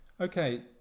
Okay